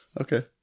okay